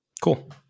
cool